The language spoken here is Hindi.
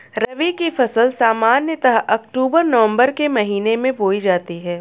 रबी की फ़सल सामान्यतः अक्तूबर नवम्बर के महीने में बोई जाती हैं